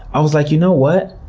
i was like, you know what.